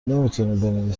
نمیتونین